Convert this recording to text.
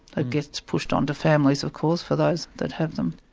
ah gets pushed onto families of course, for those that have them.